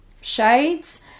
shades